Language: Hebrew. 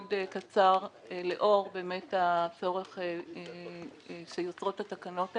קצר לאור באמת הצורך שיוצרות התקנות האלה.